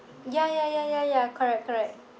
ya ya ya ya ya correct correct